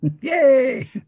Yay